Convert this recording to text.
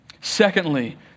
Secondly